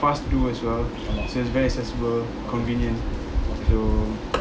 fast to do as well so it's very accessible